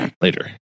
later